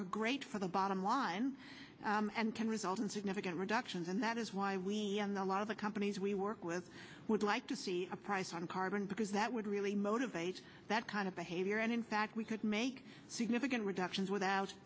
are great for the bottom line and can result in significant reductions and that is why we allow the companies we work with would like to see a price on carbon because that would really motivate that kind of behavior and in fact we could make significant reductions without